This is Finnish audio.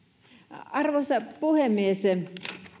arvoisa puhemies